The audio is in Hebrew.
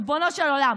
ריבונו של עולם,